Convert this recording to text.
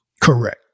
Correct